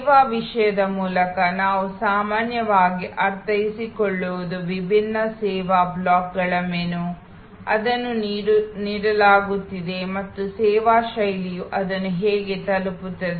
ಸೇವಾ ವಿಷಯದ ಮೂಲಕ ನಾವು ಸಾಮಾನ್ಯವಾಗಿ ಅರ್ಥೈಸಿಕೊಳ್ಳುವುದು ವಿಭಿನ್ನ ಸೇವಾ ಬ್ಲಾಕ್ಗಳ ಮೆನು ಅದನ್ನು ನೀಡಲಾಗುತ್ತಿದೆ ಮತ್ತು ಸೇವಾ ಶೈಲಿಯು ಅದನ್ನು ಹೇಗೆ ತಲುಪಿಸುತ್ತದೆ